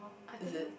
is it